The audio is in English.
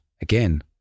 Again